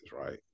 right